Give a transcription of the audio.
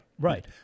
right